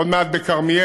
עוד מעט בכרמיאל,